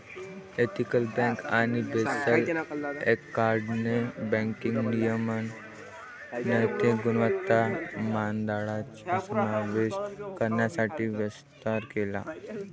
ethical bank आणि Basel एकॉर्डने banking नियमन नैतिक गुणवत्ता मानदंडांचा समावेश करण्यासाठी विस्तार केला